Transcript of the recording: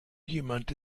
jemand